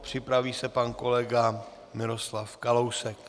Připraví se pan kolega Miroslav Kalousek.